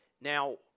Now